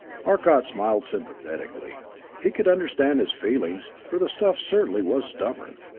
arcot smiled sympathetically he could understand his feelings, for the stuff certainly was stubborn.